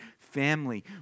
family